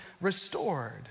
restored